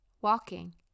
walking